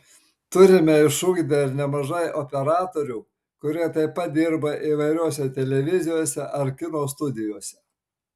turime išugdę ir nemažai operatorių kurie taip pat dirba įvairiose televizijose ar kino studijose